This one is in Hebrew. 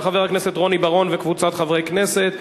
של חבר הכנסת רוני בר-און וקבוצת חברי כנסת,